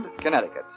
Connecticut